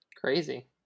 Crazy